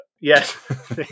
Yes